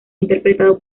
interpretado